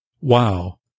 wow